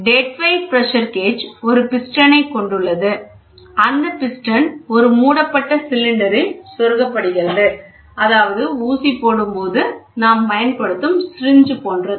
dead weight pressure gauge ஒரு பிஸ்டனைக் கொண்டுள்ளது அந்த பிஸ்டன் ஒரு மூடப்பட்ட சிலிண்டரில் செருகப்படுகிறது அதாவது ஊசி போடுவதற்கு நாம் பயன்படுத்தும் syringe போன்றது